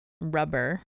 rubber